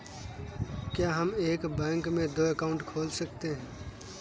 क्या हम एक बैंक में दो अकाउंट खोल सकते हैं?